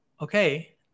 okay